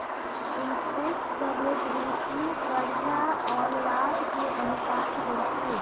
interest coverage ratio करजा आऽ लाभ के अनुपात होइ छइ